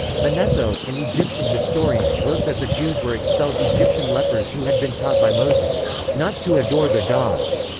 manetho, an egyptian historian, wrote that the jews were expelled egyptian lepers who had been taught by moses not to adore the gods.